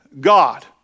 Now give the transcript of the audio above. God